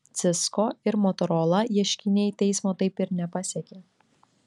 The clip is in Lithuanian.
cisco ir motorola ieškiniai teismo taip ir nepasiekė